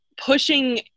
pushing